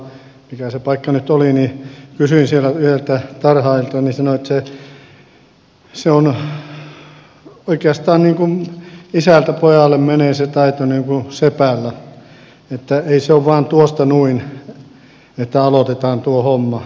silloin viimeksi kun oli se kansalaiskeskustelu tuolla mikä se paikka nyt oli kysyin siellä yhdeltä tarhaajalta ja hän sanoi että se oikeastaan niin kuin isältä pojalle menee se taito niin kuin sepällä että ei se ole vain tuosta noin että aloitetaan tuo homma